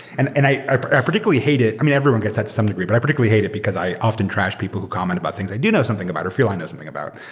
and and i i particularly hate it. i mean, everyone gets that to some degree, but i particularly hate it because i often trash people who comment about things i do know something about or feel i know something about,